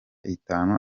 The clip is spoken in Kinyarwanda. itanu